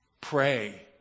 Pray